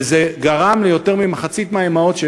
זה גרם ליותר ממחצית מהאימהות,